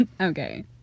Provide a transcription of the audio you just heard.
okay